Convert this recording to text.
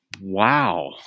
Wow